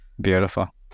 Beautiful